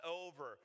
over